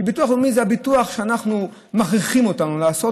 שביטוח לאומי זה הביטוח שמכריחים אותנו לעשות,